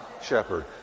Shepherd